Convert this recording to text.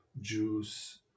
juice